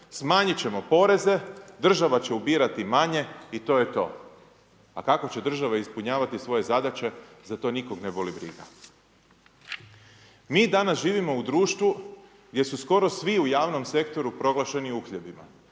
Smanjit ćemo poreze, država će ubirati manje i to je to. A kako će država ispunjavati svoje zadaće, za to nikog ne boli briga. Mi danas živimo u društvu gdje su skoro svi u javnom sektoru proglašeni uhljebima.